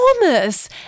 enormous